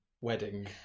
Wedding